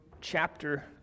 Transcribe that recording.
chapter